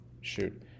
shoot